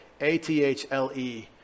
A-T-H-L-E